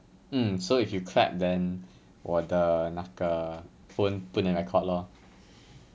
mm so if you clap then 我的那个 phone 不能 record lor